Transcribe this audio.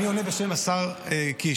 אני עונה בשם השר קיש.